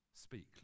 speak